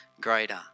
greater